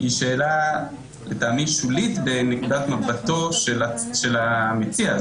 היא שאלה לטעמי שולית בנקודת מבטו של המציע.